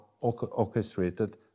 orchestrated